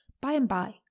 by-and-by